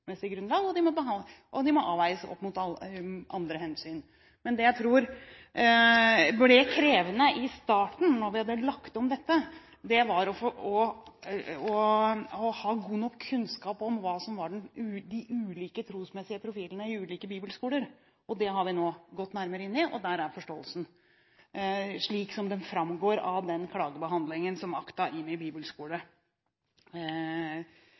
grunnlag, og de må avveies opp mot andre hensyn. Men det jeg tror ble krevende i starten da vi hadde lagt om dette, var å ha god nok kunnskap om de ulike trosmessige profilene i ulike bibelskoler. Det har vi nå gått nærmere inn i, og der er forståelsen slik som den framgår av den klagebehandlingen som ACTA–IMI Kirkens Bibelskole